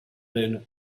then